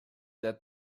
that